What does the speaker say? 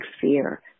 fear